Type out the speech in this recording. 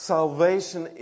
Salvation